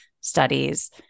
studies